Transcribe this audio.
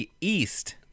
East